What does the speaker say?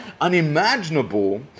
unimaginable